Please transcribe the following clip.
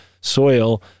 soil